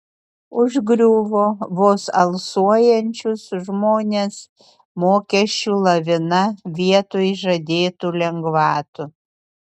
užgriuvo vos alsuojančius žmones mokesčių lavina vietoj žadėtų lengvatų